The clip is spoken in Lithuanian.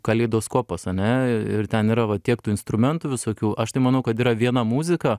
kaleidoskopas ane ir ten yra va tiek tų instrumentų visokių aš tai manau kad yra viena muzika